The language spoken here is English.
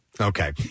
Okay